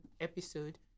episode